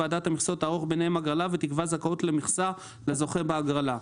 ועדת המכסות תערוך ביניהם הגרלה ותקבע זכאות למכסה לזוכה בהגרלה,